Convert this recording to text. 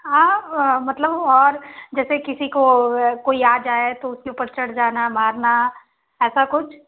हाँ मतलब और जैसे किसी को कोई आ जाए तो उसके ऊपर चढ़ जाना मारना ऐसा कुछ